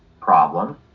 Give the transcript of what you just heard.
problem